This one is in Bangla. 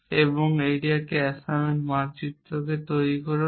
এবং একটি অ্যাসাইনমেন্ট মানচিত্রকে সত্য করে তুলুন